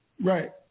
Right